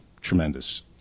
tremendous